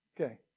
okay